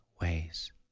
ways